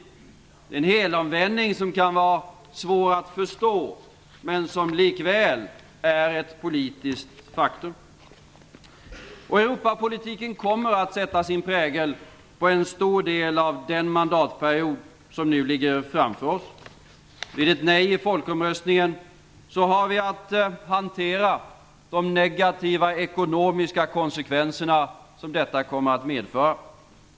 Det är en helomvändning som kan vara svår att förstå, men den är likväl ett politiskt faktum. Europapolitiken kommer att sätta sin prägel på en stor del av den mandatperiod som nu ligger framför oss. Vid ett nej i folkomröstningen har vi att hantera de negativa ekonomiska konsekvenser som detta kommer att medföra.